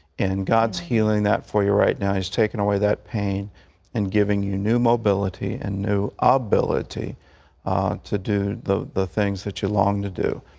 and god is healing that for you right now. he's taking away that pain and giving you new mobility and new ability to do the the things that you long to do.